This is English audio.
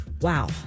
wow